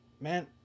Man